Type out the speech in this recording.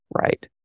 Right